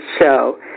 show